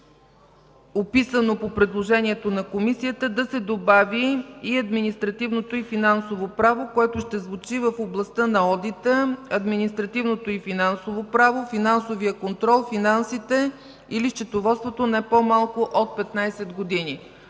описано в предложението на Комисията, да се добави „и административното и финансово право в областта на одита, административното и финансово право, финансовия контрол, финансите или счетоводството не по-малко от петнадесет